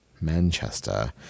Manchester